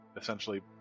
essentially